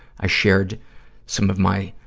i shared some of my,